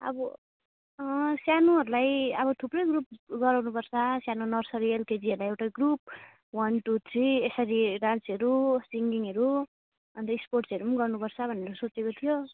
अब सानोहरूलाई अब थुप्रै ग्रुप गराउनुपर्छ सानो नर्सरी एल केजीहरूलाई एउटा ग्रुप वान टु थ्री यसरी डान्सहरू सिङ्गिङहरू अन्त स्पोर्ट्सहरू पनि गर्नुपर्छ भनेर सोचेको थियो